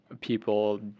people